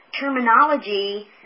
terminology